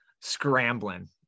scrambling